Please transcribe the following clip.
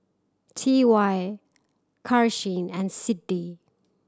T Y Karsyn and Siddie